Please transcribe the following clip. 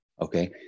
okay